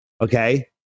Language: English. Okay